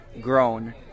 grown